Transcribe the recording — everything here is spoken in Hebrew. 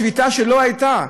שביתה לא הייתה,